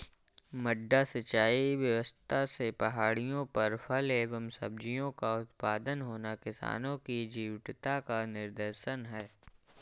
मड्डा सिंचाई व्यवस्था से पहाड़ियों पर फल एवं सब्जियों का उत्पादन होना किसानों की जीवटता का निदर्शन है